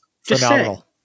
Phenomenal